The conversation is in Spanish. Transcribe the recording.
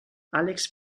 alex